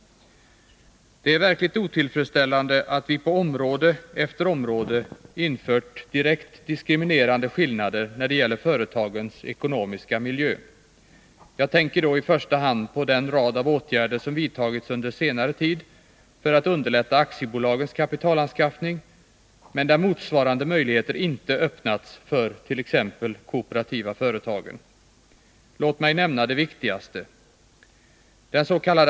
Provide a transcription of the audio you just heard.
Det är verkligen otillfredsställande att vi på område efter område infört direkt diskriminerande skillnader när det gäller företagens ekonomiska miljö. Jag tänker då i första hand på den rad av åtgärder som vidtagits under senare tid för att underlätta aktiebolagens kapitalanskaffning och där motsvarande möjligheter inte öppnats för t.ex. de kooperativa företagen. Låt mig nämna de viktigaste.